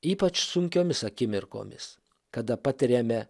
ypač sunkiomis akimirkomis kada patiriame